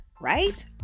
Right